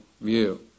view